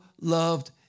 loved